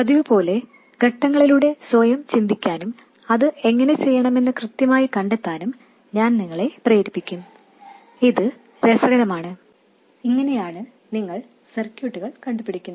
പതിവുപോലെ ഘട്ടങ്ങളിലൂടെ സ്വയം ചിന്തിക്കാനും അത് എങ്ങനെ ചെയ്യണമെന്ന് കൃത്യമായി കണ്ടെത്താനും ഞാൻ നിങ്ങളെ പ്രേരിപ്പിക്കും ഇത് രസകരമാണ് ഇങ്ങനെയാണ് നിങ്ങൾ സർക്യൂട്ടുകൾ കണ്ടുപിടിക്കുന്നത്